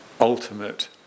ultimate